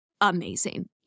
amazing